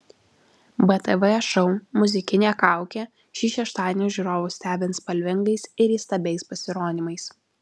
btv šou muzikinė kaukė šį šeštadienį žiūrovus stebins spalvingais ir įstabiais pasirodymais